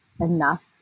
enough